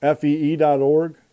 Fee.org